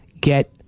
get